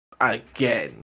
again